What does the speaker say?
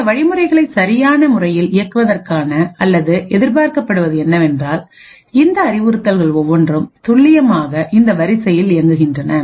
இந்த வழிமுறைகளை சரியான முறையில் இயக்குவதற்காக அல்லது எதிர்பார்க்கப்படுவது என்னவென்றால் இந்த அறிவுறுத்தல்கள் ஒவ்வொன்றும் துல்லியமாக இந்த வரிசையில் இயங்குகின்றன